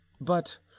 But